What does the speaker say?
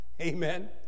Amen